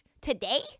today